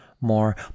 more